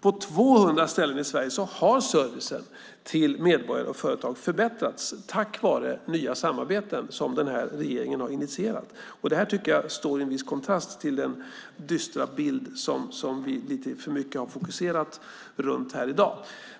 På 200 ställen i Sverige har dock servicen till medborgare och företag förbättrats tack vare nya samarbeten som denna regering har initierat, och det tycker jag står i viss kontrast till den dystra bild som vi har fokuserat lite för mycket på här i dag.